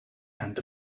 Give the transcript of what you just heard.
and